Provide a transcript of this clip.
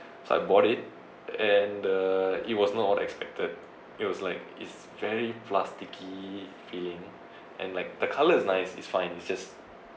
so I bought it and the it was not all expected it was like it's very plasticky feeling and like the color is nice it's fine it's just